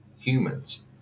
humans